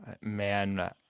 Man